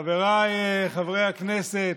חבריי חברי הכנסת,